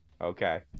Okay